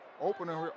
opening